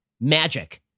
Magic